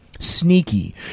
Sneaky